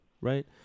right